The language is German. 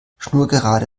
schnurgerade